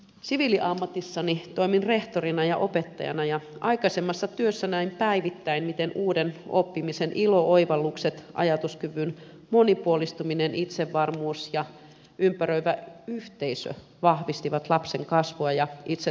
siviiliammatissani toimin rehtorina ja opettajana ja aikaisemmassa työssä näin päivittäin miten uuden oppimisen ilo oivallukset ajatuskyvyn monipuolistuminen itsevarmuus ja ympäröivä yhteisö vahvistivat lapsen kasvua ja itsetuntoa